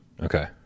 Okay